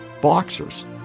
boxers